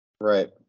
Right